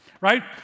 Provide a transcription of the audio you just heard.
right